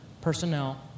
personnel